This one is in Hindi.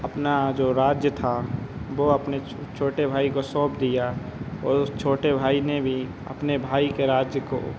अपना जो राज्य था वह अपने छोटे भाई को सौंप दिया और उस छोटे भाई ने भी अपने भाई के राज्य को